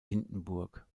hindenburg